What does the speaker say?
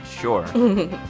Sure